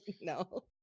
No